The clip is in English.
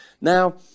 Now